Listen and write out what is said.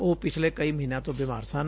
ਉਹ ਪਿਛਲੇ ਕਈ ਮਹੀਨਿਆਂ ਤੋਂ ਬੀਮਾਰ ਸਨ